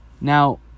now